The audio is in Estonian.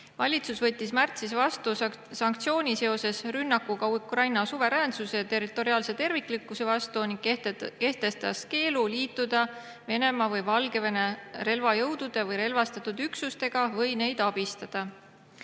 Valitsus võttis märtsis vastu sanktsiooni seoses rünnakuga Ukraina suveräänsuse ja territoriaalse terviklikkuse vastu ning kehtestas keelu liituda Venemaa ja Valgevene relvajõudude või relvastatud üksustega ning neid abistada.